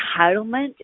entitlement